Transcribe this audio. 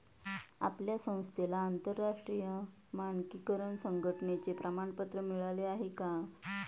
आपल्या संस्थेला आंतरराष्ट्रीय मानकीकरण संघटने चे प्रमाणपत्र मिळाले आहे का?